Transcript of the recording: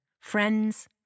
friends